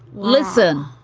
listen